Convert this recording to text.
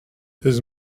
his